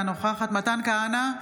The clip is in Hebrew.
אינה נוכחת מתן כהנא,